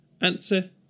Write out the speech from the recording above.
Answer